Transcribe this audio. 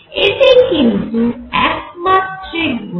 এটি কিন্তু একমাত্রিক গতি